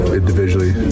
individually